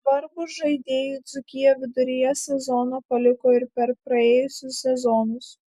svarbūs žaidėjai dzūkiją viduryje sezono paliko ir per praėjusius sezonus